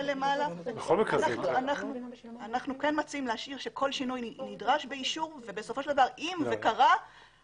אנחנו כן מציעים להשאיר שכל שינוי נדרש באישור ובסופו של דבר אם זה קרה,